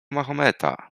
mahometa